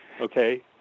Okay